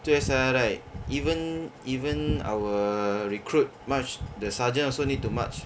two S_I_R right even even our recruit march the sergeant also need to march